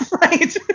Right